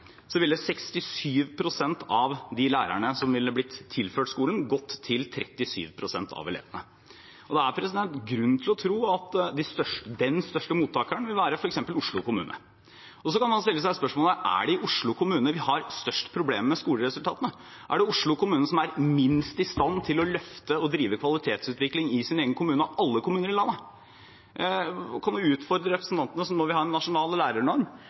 det er grunn til å tro at den største mottakeren vil være f.eks. Oslo kommune. Så kan man stille seg spørsmålet: Er det i Oslo kommune vi har størst problemer med skoleresultatene? Er det Oslo kommune som er minst i stand til å løfte og drive kvalitetsutvikling i sin egen kommune av alle kommuner i landet? Jeg kan jo utfordre de representantene som nå vil ha en nasjonal lærernorm: